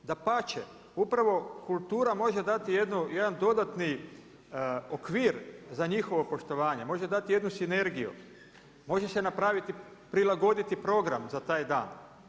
Dapače, upravo kultura može dati jedan dodatni okvir za njihovo poštovane, može dati jednu sinergiju, može se napraviti, prilagoditi program za taj dan.